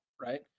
right